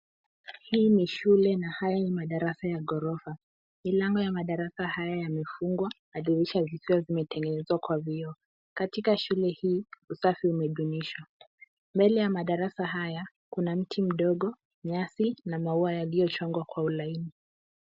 Hii ni shule na haya ni madarasa ya ghorpofa. Milango ya madarasa haya yamefungwa na madirisha vikiwa vimetengenezwa kwa vioo. Katika shule hii, usafi umedumishwa. Mbele ya madarasa haya kuna miti mdogo, nyasi na maua yaliyochongwa kwa ulaini.